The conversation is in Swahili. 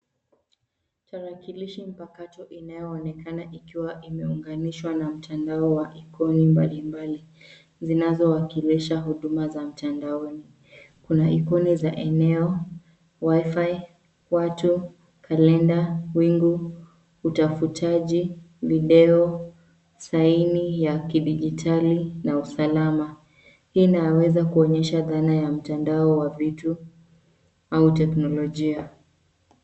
Tarakilishi mpakato inayoonekana ikiwa imeunganishwa na mtandao wa ikoni mbalimbali, zinazowakilisha huduma za mtandaoni. Kuna ikoni za eneo, wi fi , watu, kalenda, wingu, utafutaji, video, saini ya kidigitali na usalama. Hii inaweza kuonyesha dhana ya mtandao wa vitu au teknolojia.